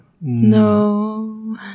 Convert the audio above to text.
No